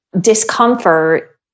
discomfort